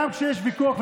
גם כשיש ויכוח,